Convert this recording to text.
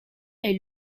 est